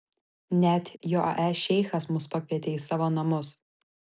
net jae šeichas mus pakvietė į savo namus